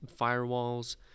firewalls